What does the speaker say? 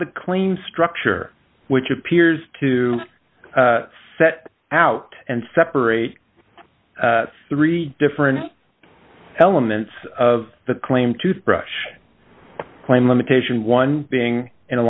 the clean structure which appears to set out and separate three different elements of the claim toothbrush claim limitation one being an